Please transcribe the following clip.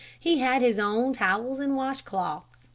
he had his own towels and wash cloths,